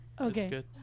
Okay